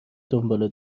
دنباله